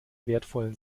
wertvollen